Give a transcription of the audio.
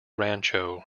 rancho